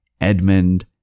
Edmund